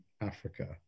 Africa